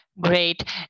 Great